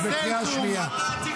את בקריאה שנייה.